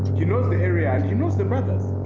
he knows the area, and he knows the brothers.